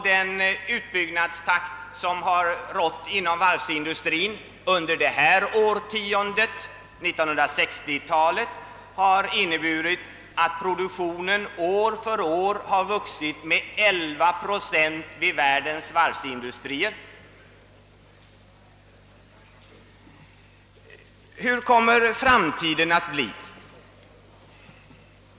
Den utbyggnadstakt som hållits inom varvsindustrin under 1960-talet har inneburit att produktionen vid världens varvsindustrier år för år har vuxit med 11 procent.